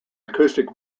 acoustic